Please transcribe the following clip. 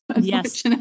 Yes